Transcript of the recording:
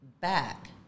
back